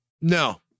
no